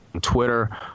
Twitter